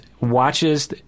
watches